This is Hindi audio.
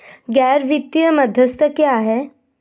गैर वित्तीय मध्यस्थ क्या हैं?